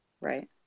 Right